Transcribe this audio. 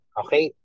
okay